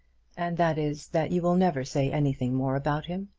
and that is that you will never say anything more about him.